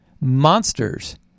monsters